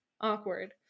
awkward